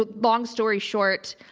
but long story short.